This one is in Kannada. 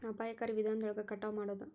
ಅಪಾಯಕಾರಿ ವಿಧಾನದೊಳಗ ಕಟಾವ ಮಾಡುದ